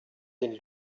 den